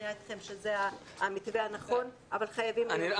לשכנע אתכם שזה המתווה הנכון אבל חייבים לסיים היום.